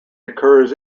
occurs